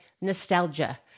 nostalgia